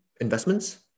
investments